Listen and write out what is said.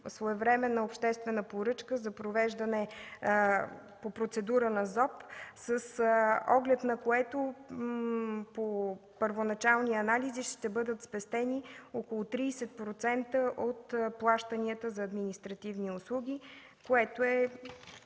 своевременна обществена поръчка за провеждане на процедура по Закона за обществените поръчки, с оглед на което по първоначални анализи ще бъдат спестени около 30% от плащанията за административни услуги, което е